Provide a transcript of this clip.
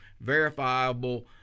verifiable